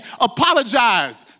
apologize